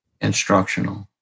instructional